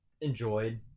enjoyed